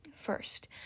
first